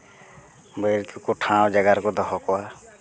ᱵᱟᱹᱨᱭᱟᱹᱛ ᱠᱚᱠᱚ ᱴᱷᱟᱶ ᱡᱟᱭᱜᱟ ᱨᱮᱠᱚ ᱫᱚᱦᱚ ᱠᱚᱣᱟ